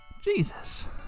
Jesus